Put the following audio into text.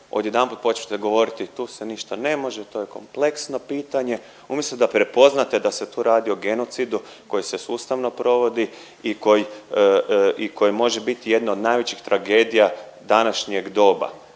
red odjedanput počnete govoriti tu se ništa ne može, to je kompleksno pitanje umjesto da prepoznate da se tu radi o genocidu koji se sustavno provodi i koji može biti jedna od najvećih tragedija današnjeg doba.